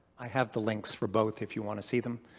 i have the links for both if you want to see them.